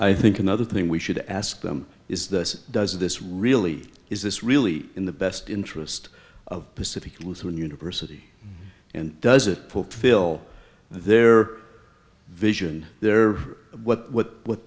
i think another thing we should ask them is this does this really is this really in the best interest of pacific lutheran university and does it fulfill their vision there what what what